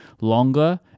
longer